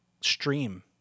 stream